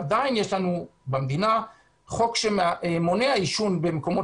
עדיין יש לנו במדינה חוק שמונע עישון במקומות